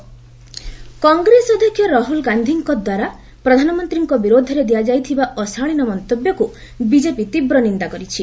BJP Rahul Congress ଅଧ୍ୟକ୍ଷ ରଂହୁଲ ଗାନ୍ଧିଙ୍କଦ୍ୱାରା ପ୍ରଧାନମନ୍ତ୍ରୀଙ୍କ ବିରୁଦ୍ଧରେ ଦିଆଯାଇଥିବା ଅଶାଳୀନ ମନ୍ତବ୍ୟକୁ ବିକେପି ତୀବ୍ର ନିନ୍ଦା କରିଛି